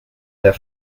their